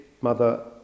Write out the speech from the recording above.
mother